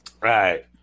right